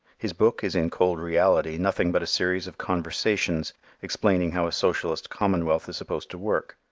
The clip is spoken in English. his book is in cold reality nothing but a series of conversations explaining how a socialist commonwealth is supposed to work.